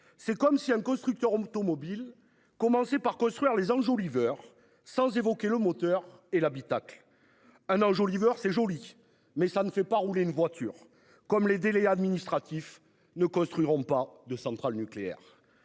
C'est comme si un constructeur automobile commencer par construire les enjoliveurs sans évoquer le moteur et l'habitacle. Un enjoliveur c'est joli mais ça ne fait pas rouler une voiture comme les délais administratifs ne construiront pas de centrale nucléaire.